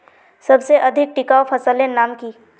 सबसे अधिक टिकाऊ फसलेर नाम की?